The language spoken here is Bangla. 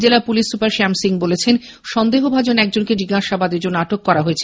জেলার পুলিশ সুপার শ্যাম সিং বলেছেন সন্দেহভাজন একজনকে জিজ্ঞাসাবাদের জন্য আটক করা হয়েছে